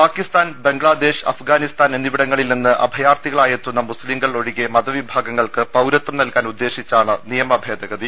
Pakistan Bangladesh Afghanistan എന്നിവിടങ്ങളിൽ നിന്ന് അഭയാർത്ഥികളായെത്തുന്ന മുസ്ലിംങ്ങൾ ഒഴികെ മതവിഭാഗങ്ങൾക്ക് പൌരത്വം നൽകാൻ ഉദ്ദേ ശിച്ചാണ് നിയമഭേദഗതി